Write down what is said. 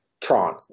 Tron